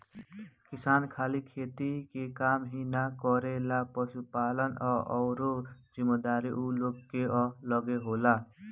किसान खाली खेती के काम ही ना करेलें, पशुपालन आ अउरो जिम्मेदारी ऊ लोग कअ लगे होला